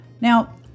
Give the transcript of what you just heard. Now